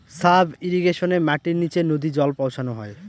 sub ইর্রিগেশনে মাটির নীচে নদী জল পৌঁছানো হয়